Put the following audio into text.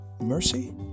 mercy